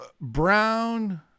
Brown